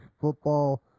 football